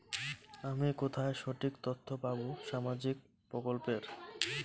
আমি কোথায় সঠিক তথ্য পাবো সামাজিক প্রকল্পের?